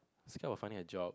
it is just a funny joke